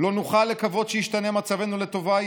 "לא נוכל לקוות שישתנה מצבנו לטובה,